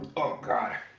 oh god